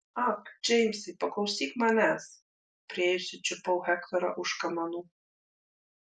ak džeimsai paklausyk manęs priėjusi čiupau hektorą už kamanų